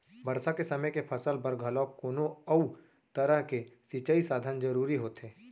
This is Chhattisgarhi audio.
बरसा के समे के फसल बर घलोक कोनो अउ तरह के सिंचई साधन जरूरी होथे